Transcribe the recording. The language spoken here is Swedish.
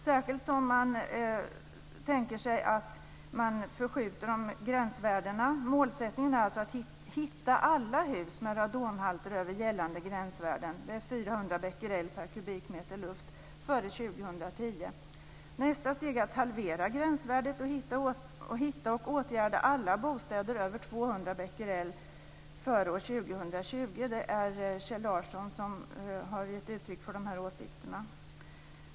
Nu tänker man sig dessutom att förskjuta gränsvärdena. Målsättningen är alltså att hitta alla hus med radonhalter över gällande gränsvärden - det är 400 becquerel per kubikmeter luft - före år 2010. Nästa steg är halvera gränsvärdet och hitta och åtgärda alla bostäder med radonhalter över 200 becquerel före år 2020. Det är Kjell Larsson som har gett uttryck för de här åsikterna.